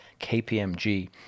KPMG